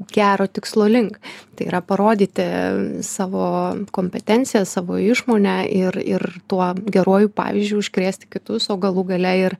gero tikslo link tai yra parodyti savo kompetenciją savo išmonę ir ir tuo geruoju pavyzdžiu užkrėsti kitus o galų gale ir